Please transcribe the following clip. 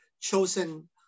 chosen